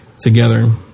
together